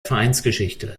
vereinsgeschichte